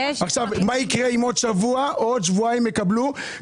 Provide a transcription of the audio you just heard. מה יקרה אם עוד שבוע או שבועיים יקבלו?